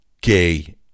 gay